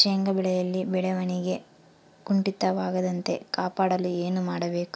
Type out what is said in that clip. ಶೇಂಗಾ ಬೆಳೆಯಲ್ಲಿ ಬೆಳವಣಿಗೆ ಕುಂಠಿತವಾಗದಂತೆ ಕಾಪಾಡಲು ಏನು ಮಾಡಬೇಕು?